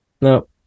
No